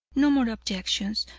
no more objections,